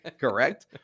correct